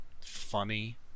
funny